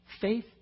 Faith